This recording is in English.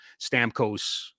Stamkos